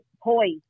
poised